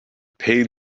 paid